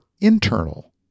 internal